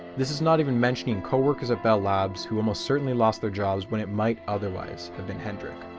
this is not even mentioning co-workers at bell labs who almost certainly lost their jobs when it might otherwise have been hendrik.